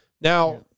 Now